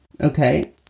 okay